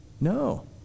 No